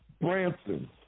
Branson